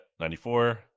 94